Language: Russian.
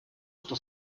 что